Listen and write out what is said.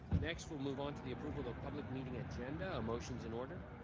next we'll move on to the approval of the public meeting agenda a motion is in order.